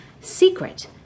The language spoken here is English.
secret